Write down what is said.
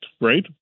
right